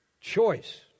Choice